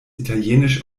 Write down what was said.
italienisch